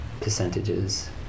percentages